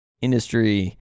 industry